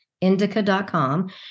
indica.com